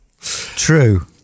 True